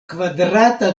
kvadrata